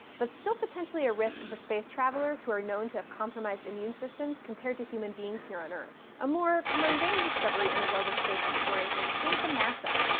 but still potentially a risk for space travelers who are known to have compromised immune systems compared to human beings here on earth. a more. mundane discovery in the world of space exploration came from nasa.